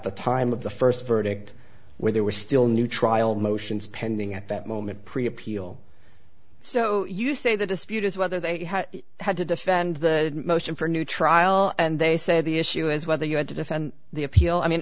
the time of the first verdict where there were still new trial motions pending at that moment pre appeal so you say the dispute is whether they had to defend the motion for a new trial and they said the issue is whether you had to defend the appeal i mean